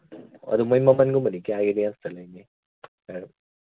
ꯑꯗꯨ ꯃꯣꯏ ꯃꯃꯟꯒꯨꯝꯕꯗꯤ ꯀꯌꯥꯒꯤ ꯔꯦꯟꯖꯇ ꯂꯩꯅꯤ ꯍꯥꯏꯔꯞ